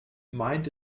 mined